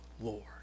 Lord